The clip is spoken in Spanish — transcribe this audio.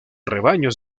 rebaños